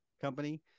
Company